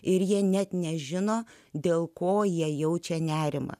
ir jie net nežino dėl ko jie jaučia nerimą